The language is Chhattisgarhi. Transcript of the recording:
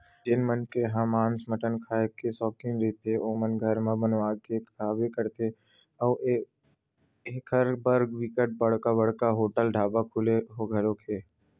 जेन मनखे ह मांस मटन खांए के सौकिन रहिथे ओमन घर म बनवा के खाबे करथे अउ एखर बर बिकट बड़का बड़का होटल ढ़ाबा खुले घलोक हे